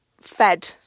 fed